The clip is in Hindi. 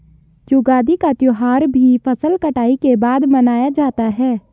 युगादि का त्यौहार भी फसल कटाई के बाद मनाया जाता है